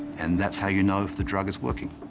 and that's how you know if the drug is working.